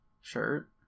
shirt